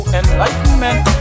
enlightenment